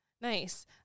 Nice